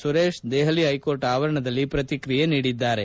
ಸುರೇಶ್ ದೆಪಲಿ ಹೈಕೋರ್ಟ್ ಆವರಣದಲ್ಲಿ ಪ್ರಕ್ರಿಯಿಸಿದ್ದಾರೆ